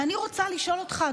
ואני רוצה לשאול אותך,